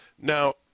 Now